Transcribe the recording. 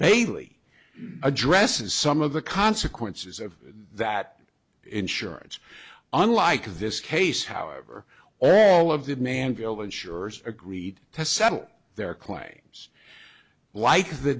bailey addresses some of the consequences of that insurance unlike this case however all of the manville insurers agreed to settle their claims like the